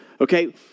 Okay